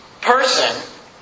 person